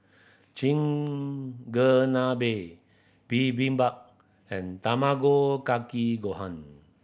Chigenabe Bibimbap and Tamago Kake Gohan